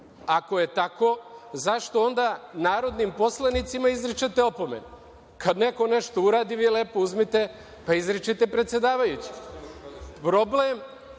Ako je tako, zašto onda narodnim poslanicima izričite opomene? Kad neko nešto uradi, vi lepo uzmete pa izričite predsedavajućem. Problem